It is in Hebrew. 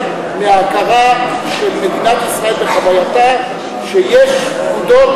מההכרה של מדינת ישראל בחווייתה שיש פקודות